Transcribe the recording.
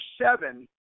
seven